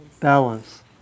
Balance